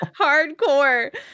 Hardcore